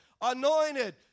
anointed